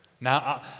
Now